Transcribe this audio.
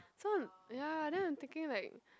so ya then I'm thinking like